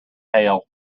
pale